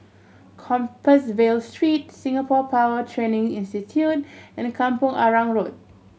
Compassvale Street Singapore Power Training Institute and Kampong Arang Road